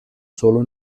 solo